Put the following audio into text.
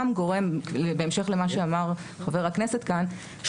אז בהמשך למה שאמר חבר הכנסת כאן,